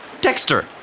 Dexter